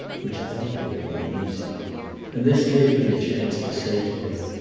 which ought to have been easy and this gave me a chance to say to her,